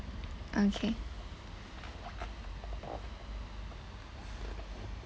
okay